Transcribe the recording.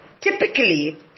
typically